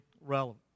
relevant